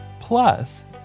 Plus